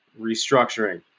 restructuring